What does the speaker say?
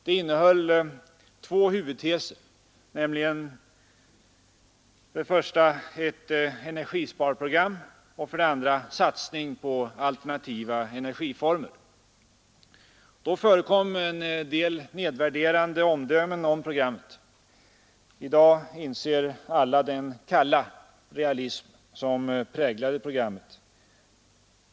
Det innehöll två huvudpunkter, nämligen 1) ett energisparprogram och 72) satsning på alternativa energiformer. Det förekom då en del nedvärderande omdömen om detta program. I dag inser alla vilken realism som präglade programmet.